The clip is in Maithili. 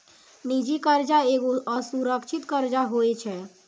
निजी कर्जा एगो असुरक्षित कर्जा होय छै